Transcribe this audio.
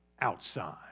outside